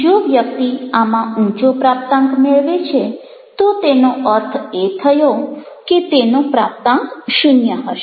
જો વ્યક્તિ આમાં ઊંચો પ્રાપ્તાંક મેળવે છે તો તેનો અર્થ એ થયો કે તેનો પ્રાપ્તાંક શૂન્ય હશે